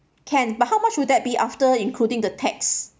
can but how much would that be after including the tax